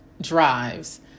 drives